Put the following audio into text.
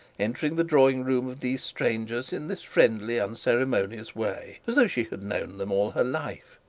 entering the drawing-room of these strangers in this friendly unceremonious way, as though she had known them all her life.